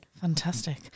Fantastic